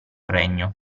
regno